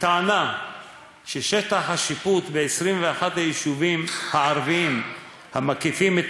הטענה ששטח השיפוט ב-21 היישובים הערביים המקיפים את